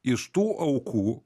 iš tų aukų